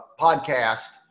podcast